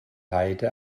heide